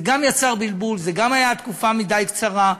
זה גם יצר בלבול וזו גם הייתה תקופה קצרה מדי.